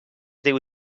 diu